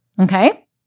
okay